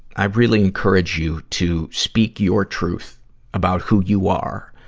i really encourage you to speak your truth about who you are.